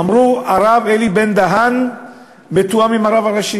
אמרו: הרב אלי בן-דהן מתואם עם הרב הראשי.